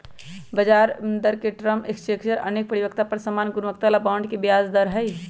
ब्याजदर के term structure अनेक परिपक्वता पर समान गुणवत्ता बला बॉन्ड के ब्याज दर हइ